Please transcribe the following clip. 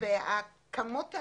היה משפט ואז האכיפה